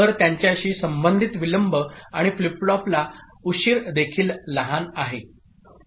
तर त्यांच्याशी संबंधित विलंब आणि फ्लिप फ्लॉपला उशीर देखील लहान आहे